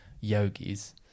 yogi's